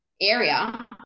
area